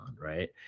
right